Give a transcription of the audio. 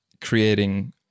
creating